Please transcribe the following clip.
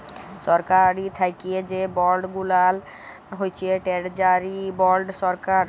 সরকারি থ্যাকে যে বল্ড গুলান হছে টেরজারি বল্ড সরকার